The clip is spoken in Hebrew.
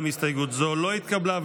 גם הסתייגות זו לא התקבלה.